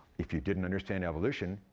if you didn't understand evolution,